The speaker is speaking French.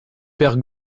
père